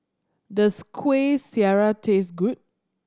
does Kueh Syara taste good